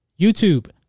YouTube